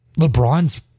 LeBron's